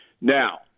Now